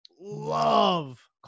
love